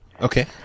Okay